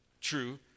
true